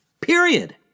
Period